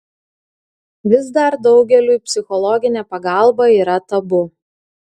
vis dar daugeliui psichologinė pagalba yra tabu